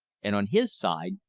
and on his side,